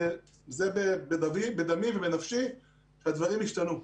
זה בדמי ובנפשי שהדברים ישתנו.